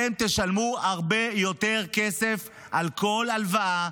אתם תשלמו הרבה יותר כסף על כל הלוואה,